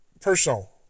personal